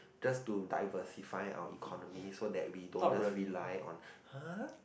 just to diversify our economy so that we don't just rely on !huh!